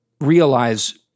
realize